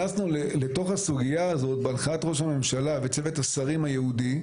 לתוך הסוגיה הזאת בהנחיית ראש הממשלה וצוות השרים הייעודי,